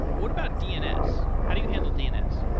what about dns? how do you handle dns?